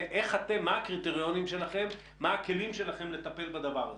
מה הקריטריונים שלכם לטיפול בדבר הזה?